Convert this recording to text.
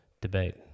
debate